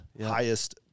highest